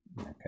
Okay